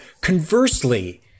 Conversely